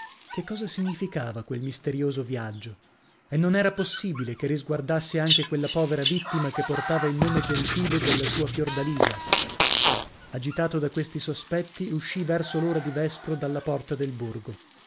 che cosa significava quel misterioso viaggio e non era possibile che risguardasse anche quella povera vittima che portava il nome gentile della sua fiordalisa agitato da questi sospetti uscì verso l'ora di vespro dalla porta del borgo